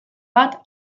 bat